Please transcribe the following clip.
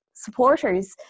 supporters